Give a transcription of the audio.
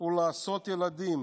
הוא לעשות ילדים,